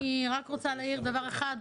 אני רק רוצה להעיר דבר אחד.